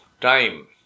time